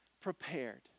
prepared